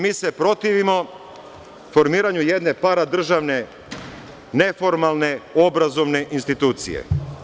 Mi se protivimo formiranju jedne paradržavne, neformalne obrazovne institucije.